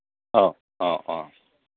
ꯑꯧ ꯑꯣ ꯑꯣ